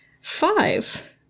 five